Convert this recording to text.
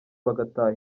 bagataha